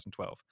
2012